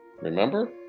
Remember